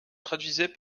traduisait